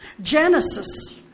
Genesis